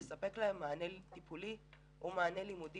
ולספק להם מענה טיפולי או מענה לימודי